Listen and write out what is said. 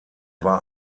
war